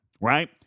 right